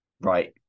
Right